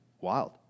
wild